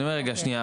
שנייה.